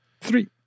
three